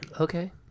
Okay